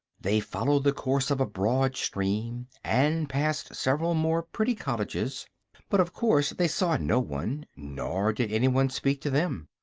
they followed the course of a broad stream and passed several more pretty cottages but of course they saw no one, nor did any one speak to them.